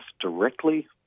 directly